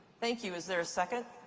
thank you. is there a second?